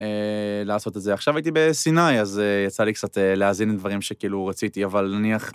לעשות את זה. עכשיו הייתי בסיני, אז יצא לי קצת להאזין את דברים שכאילו רציתי, אבל נניח...